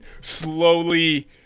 slowly